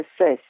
assess